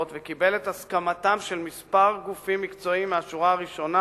וקיבל את הסכמתם של כמה גופים מקצועיים מהשורה הראשונה